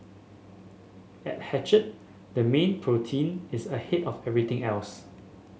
at Hatched the mean protein is ahead of everything else